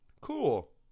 cool